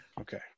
Okay